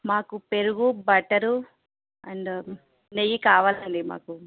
మాకు పెరుగు butter and నెయ్యి కావాలండి మాకు